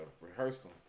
rehearsal